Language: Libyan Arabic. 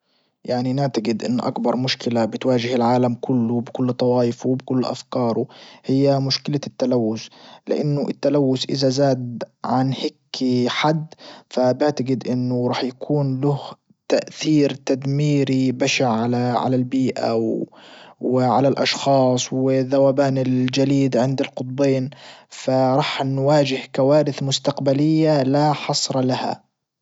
يعني نعتجد انه اكبر مشكلة بتواجه العالم كله وبكل طوايفه وبكل افكاره هي مشكلة التلوث لانه التلوث اذا زاد عن هيكي حد فبعتجد انه رح يكون له تأثير تدميري بشع على على البيئة وعلى الاشخاص و ذوبان الجليد عند القطبين فراح نواجه كوارث مستقبلية لا حصر لها.